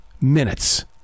minutes